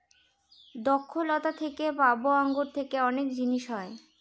দ্রক্ষলতা থেকে পাবো আঙ্গুর থেকে অনেক জিনিস হয়